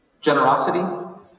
generosity